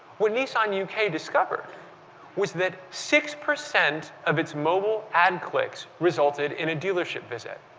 what nissan u k. d iscovered was that six percent of its mobile ad clicks resulted in a dealership visit.